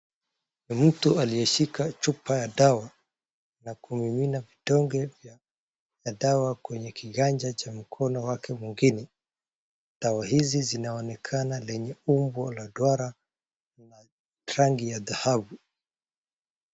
Mtu aliyeshika chupa ya dawa na kumimina vidonge vya dawa kwenye kiganja cha mkono wake wingine. Dawa hizii zinaonekana lenye umbo la duara na rangi ya dhahabu.